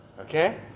Okay